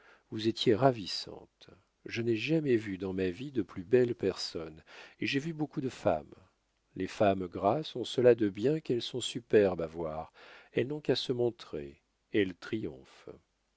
vous étiez ravissante je n'ai jamais vu dans ma vie de plus belle personne et j'ai vu beaucoup de femmes les femmes grasses ont cela de bien qu'elles sont superbes à voir elles n'ont qu'à se montrer elles